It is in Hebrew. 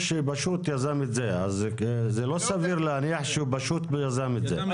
זה לא סביר להניח שהוא פשוט יזם את זה.